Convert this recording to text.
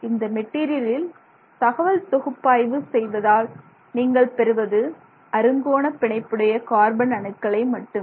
இந்த மெட்டீரியலின் தகவல் பகுப்பாய்வு செய்தால் நீங்கள் பெறுவது அறுங்கோண பிணைப்புடைய கார்பன் அணுக்களை மட்டுமே